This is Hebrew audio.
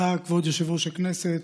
תודה, כבוד יושב-ראש הכנסת.